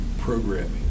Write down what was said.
programming